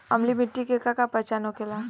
अम्लीय मिट्टी के का पहचान होखेला?